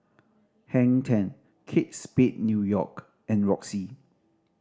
Hang Ten Kate Spade New York and Roxy